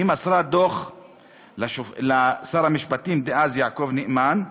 היא מסרה דוח לשר המשפטים דאז יעקב נאמן,